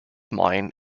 mine